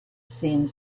seemed